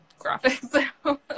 graphics